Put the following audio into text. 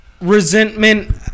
Resentment